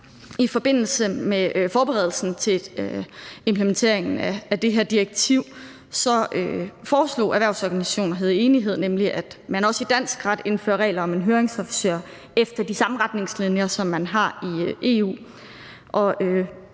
I forbindelse med forberedelsen til implementeringen af det her direktiv foreslog erhvervsorganisationerne nemlig i enighed, at man også i dansk ret indfører regler for en høringsofficer efter de samme retningslinjer, som man har i EU.